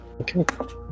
Okay